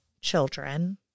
children